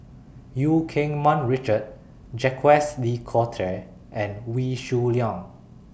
EU Keng Mun Richard Jacques De Coutre and Wee Shoo Leong